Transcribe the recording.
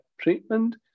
treatment